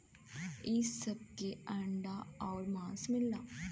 इ सब से अंडा आउर मांस मिलला